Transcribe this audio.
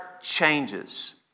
changes